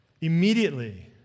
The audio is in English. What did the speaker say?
immediately